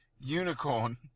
unicorn